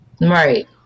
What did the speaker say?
Right